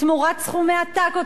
תמורת סכומי עתק,